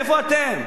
איפה אתם,